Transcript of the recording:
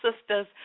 Sisters